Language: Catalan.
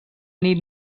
nit